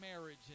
marriage